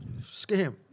Scam